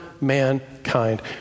mankind